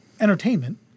entertainment